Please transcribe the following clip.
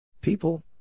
People